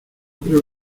creo